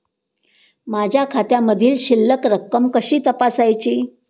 माझ्या खात्यामधील शिल्लक रक्कम कशी तपासायची?